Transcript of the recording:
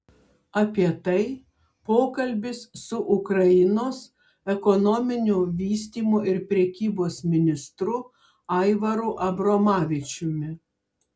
apie tai pokalbis su ukrainos ekonominio vystymo ir prekybos ministru aivaru abromavičiumi